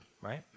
right